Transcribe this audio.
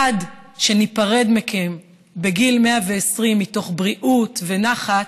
עד שניפרד מכם בגיל 120 מתוך בריאות ונחת,